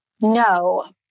No